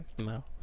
No